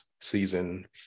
season